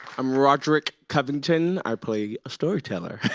i'm rodrick covington. i play a storyteller.